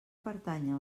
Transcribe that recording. pertanya